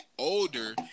older